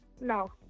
No